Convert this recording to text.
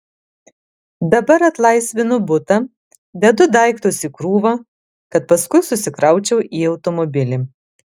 dabar atlaisvinu butą dedu daiktus į krūvą kad paskui susikraučiau į automobilį